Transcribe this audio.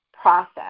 process